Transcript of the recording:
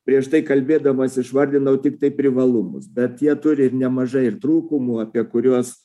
prieš tai kalbėdamas išvardinau tiktai privalumus bet jie turi ir nemažai ir trūkumų apie kuriuos